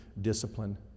discipline